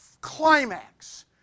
climax